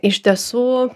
iš tiesų